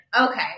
Okay